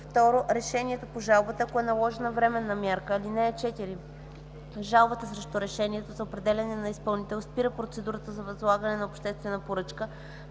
или 2. решението по жалбата, ако е наложена временната мярка. (4) Жалба срещу решението за определяне на изпълнител спира процедурата за възлагане на обществена поръчка